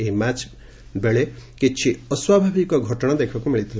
ଏହି ମ୍ୟାଚ୍ ବେଳେ କିଛି ଅସ୍ୱାଭାବିକ ଘଟଣା ଦେଖିବାକୁ ମିଳିଥିଲା